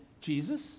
Jesus